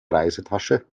reisetasche